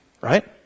right